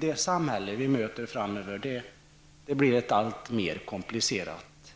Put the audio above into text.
Det samhälle vi kommer att möta framöver blir alltmer komplicerat.